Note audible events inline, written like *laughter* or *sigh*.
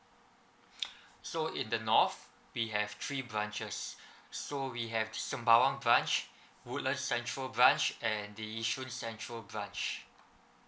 so in the north we have three branches *breath* so we have sembawang branch woodlands central branch and the yishun central branch